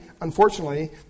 unfortunately